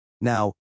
Now